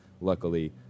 luckily